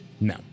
No